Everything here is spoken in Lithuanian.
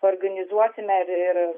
organizuosime ir